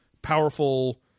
powerful